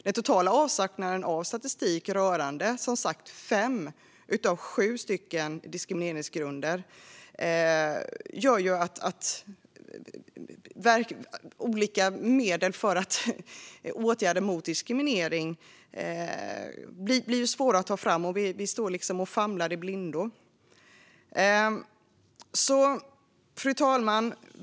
Den totala avsaknaden av statistik rörande fem av de sju diskrimineringsgrunderna gör det svårt att ta fram åtgärder för att motverka diskriminering. Vi liksom famlar i blindo. Fru talman!